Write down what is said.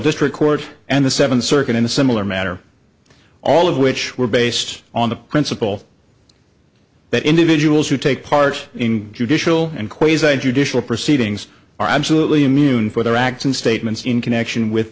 district court and the seventh circuit in a similar matter all of which were based on the principle that individuals who take part in judicial and quezon judicial proceedings are absolutely immune for their acts and statements in connection with